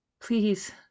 Please